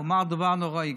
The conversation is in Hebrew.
הוא אמר כאן דבר נוראי.